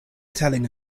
telling